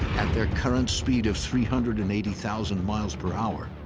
at their current speed of three hundred and eighty thousand miles per hour,